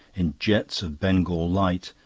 in jets of bengal light,